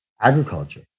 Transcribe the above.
agriculture